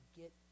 get